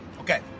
Okay